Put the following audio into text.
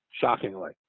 shockingly